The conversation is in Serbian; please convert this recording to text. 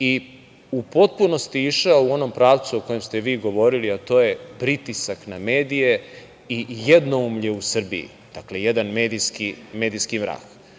i u potpunosti išao u onom pravcu o kojem ste vi govorili, a to je pritisak na medije i jednoumlje u Srbiji? Dakle, jedan medijski